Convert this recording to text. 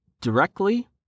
directly